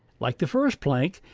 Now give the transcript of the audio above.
like the first plank,